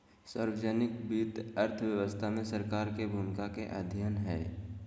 सार्वजनिक वित्त अर्थव्यवस्था में सरकार के भूमिका के अध्ययन हइ